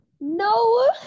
No